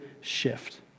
shift